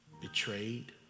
betrayed